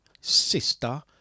Sister